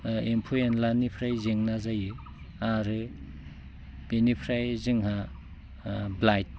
एम्फौ एनलानिफ्राय जेंना जायो आरो बेनिफ्राय जोंहा ब्लाइट